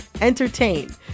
entertain